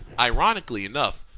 ironically enough,